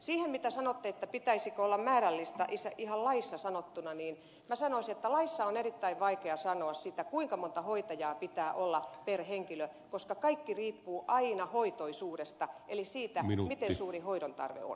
siihen mitä sanotte että pitäisikö olla määrä ihan laissa sanottuna niin sanoisin että laissa on erittäin vaikea sanoa sitä kuinka monta hoitajaa pitää olla per henkilö koska kaikki riippuu aina hoitoisuudesta eli siitä miten suuri hoidon tarve on